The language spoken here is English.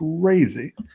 crazy